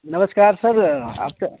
नमस्कार सर आपका